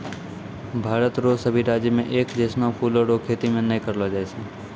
भारत रो सभी राज्य मे एक जैसनो फूलो रो खेती नै करलो जाय छै